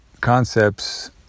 concepts